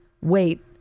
wait